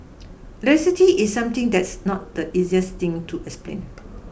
electricity is something that's not the easiest thing to explain